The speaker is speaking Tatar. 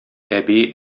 әби